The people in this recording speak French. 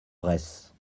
bresse